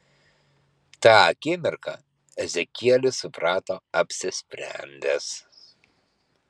tą akimirką ezekielis suprato apsisprendęs